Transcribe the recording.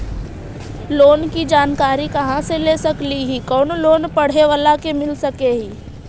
Loan की जानकारी कहा से ले सकली ही, कोन लोन पढ़े बाला को मिल सके ही?